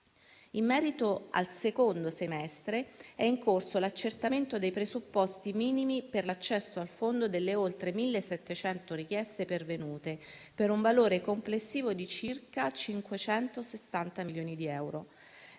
In merito al secondo semestre, è in corso l'accertamento dei presupposti minimi per l'accesso al fondo delle oltre 1.700 richieste pervenute, per un valore complessivo di circa 560 milioni di euro.